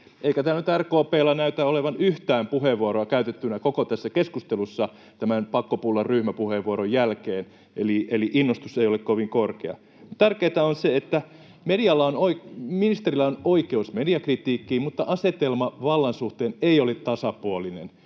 Eikä täällä nyt RKP:llä näytä olevan yhtään puheenvuoroa käytettynä koko tässä keskustelussa tämän pakkopulla-ryhmäpuheenvuoron jälkeen, eli innostus ei ole kovin korkea. Tärkeätä on se, että ministerillä on oikeus mediakritiikkiin, mutta asetelma vallan suhteen ei ole tasapuolinen.